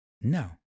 No